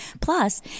Plus